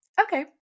Okay